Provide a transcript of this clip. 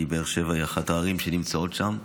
כי באר שבע היא אחת הערים שנמצאות שם.